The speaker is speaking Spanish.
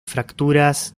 fracturas